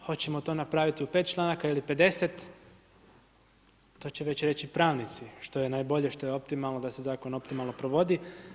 Hoćemo to napraviti u 5 članaka ili 50, to će već reći pravnici što je najbolje, što je optimalno da se zakon optimalno provodi.